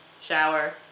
shower